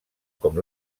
com